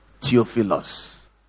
Theophilus